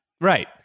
Right